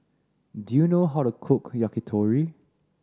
do you know how to cook Yakitori